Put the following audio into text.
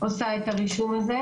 אז אני לא איכנס לזה.